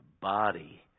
body